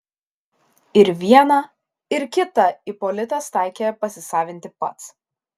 ir vieną ir kitą ipolitas taikė pasisavinti pats